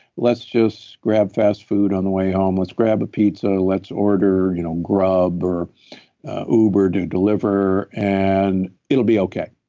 let's just grab fast food on the way home. let's grab a pizza, let's order you know grub or uber to deliver and it'll be okay.